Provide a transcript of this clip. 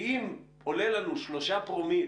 כי אם עולה לנו 3 פרומיל